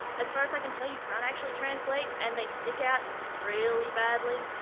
as far as i can tell, you can't actually translate, and they stick out really badly,